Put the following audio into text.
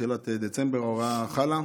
בתחילת דצמבר ההוראה חלה.